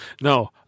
No